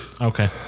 Okay